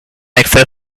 access